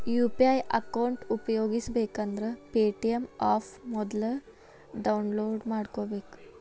UPI account ಉಪಯೋಗಿಸಬೇಕಂದ್ರ Paytm app ಮೊದ್ಲ download ಮಾಡ್ಕೋಬೇಕು